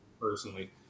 personally